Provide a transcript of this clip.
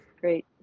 great